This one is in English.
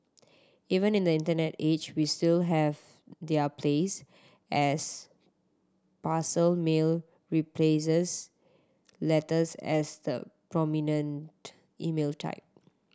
even in the internet age we still have their place as parcel mail replaces letters as the prominent email type